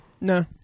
No